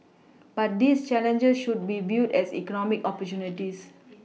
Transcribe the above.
but these challenges should be viewed as economic opportunities